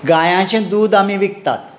गायेचें दूद आमी विकतात